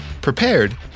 prepared